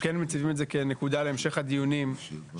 אבל אנחנו כן מציבים כנקודה להמשך הדיונים את זה